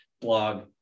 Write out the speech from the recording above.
blog